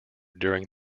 during